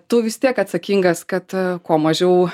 tu vis tiek atsakingas kad kuo mažiau